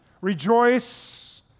Rejoice